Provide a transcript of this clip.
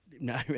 No